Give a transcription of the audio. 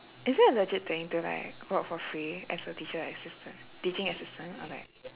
is it a legit thing to like work for free as a teacher assistant teaching assistant or like